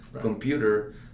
computer